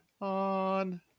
On